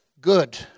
Good